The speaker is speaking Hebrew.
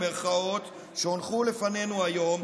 שהונחו לפנינו היום,